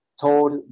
told